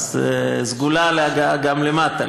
אז סגולה להגעה גם למטה,